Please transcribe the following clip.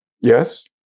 Yes